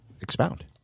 Expound